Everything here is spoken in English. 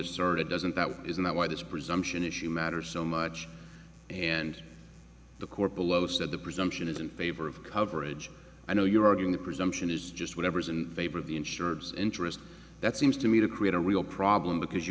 asserted doesn't that is not why this presumption issue matters so much and the core polow said the presumption is in favor of coverage i know you're arguing the presumption is just whatever's in favor of the insurers interest that seems to me to create a real problem because you